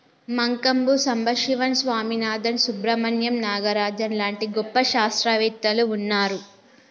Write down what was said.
మంకంబు సంబశివన్ స్వామినాధన్, సుబ్రమణ్యం నాగరాజన్ లాంటి గొప్ప శాస్త్రవేత్తలు వున్నారు